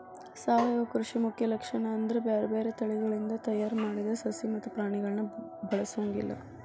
ಸಾವಯವ ಕೃಷಿ ಮುಖ್ಯ ಲಕ್ಷಣ ಅಂದ್ರ ಬ್ಯಾರ್ಬ್ಯಾರೇ ತಳಿಗಳಿಂದ ತಯಾರ್ ಮಾಡಿದ ಸಸಿ ಮತ್ತ ಪ್ರಾಣಿಗಳನ್ನ ಬಳಸೊಂಗಿಲ್ಲ